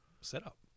setup